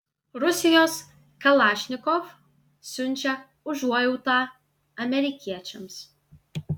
rusijos kalašnikov siunčia užuojautą amerikiečiams